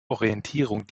orientierung